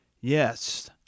Yes